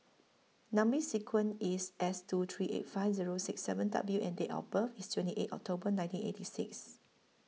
Number sequence IS S two three eight five Zero six seven W and Date of birth IS twenty eight October nineteen eighty six